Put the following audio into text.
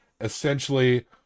essentially